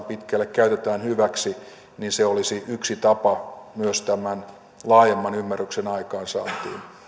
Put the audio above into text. pitkälle käytetään hyväksi olisi yksi tapa myös tämän laajemman ymmärryksen aikaansaantiin